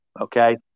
okay